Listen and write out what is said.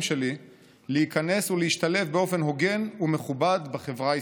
שלי להיכנס ולהשתלב באופן הוגן ומכובד בחברה הישראלית.